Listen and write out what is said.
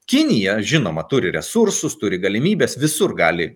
kinija žinoma turi resursus turi galimybes visur gali